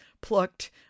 plucked